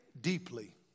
deeply